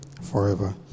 forever